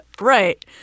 Right